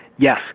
Yes